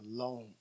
alone